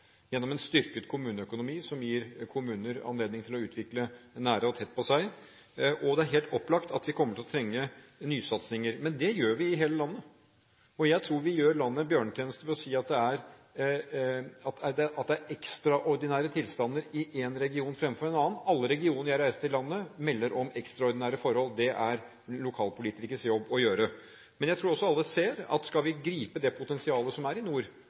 gjennom en styrket kommuneøkonomi, som gir kommuner anledning til å utvikle dette nær og tett på seg. Det er helt opplagt at vi kommer til å trenge nysatsinger – men det trenger vi i hele landet. Jeg tror vi gjør landet en bjørnetjeneste ved å si at det er ekstraordinære tilstander i én region fremfor i en annen. Alle regioner i landet jeg reiser til, melder om ekstraordinære forhold. Det er det lokalpolitikeres jobb å gjøre. Jeg tror alle ser at skal vi gripe det potensialet som er i nord,